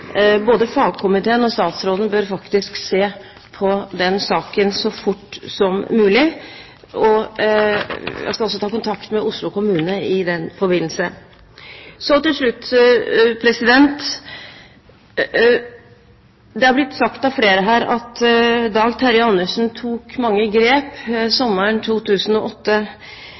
Både fagkomiteen og statsråden bør se på den saken så fort som mulig. Jeg skal også ta kontakt med Oslo kommune i den forbindelse. Så til slutt: Det er blitt sagt av flere her at Dag Terje Andersen tok mange grep sommeren 2008.